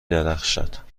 درخشد